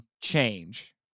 change